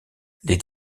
les